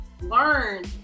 learn